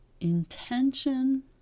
Intention